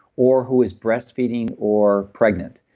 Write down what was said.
or who is breastfeeding, or pregnant.